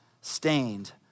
stained